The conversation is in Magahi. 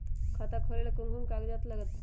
खाता खोले ले कौन कौन कागज लगतै?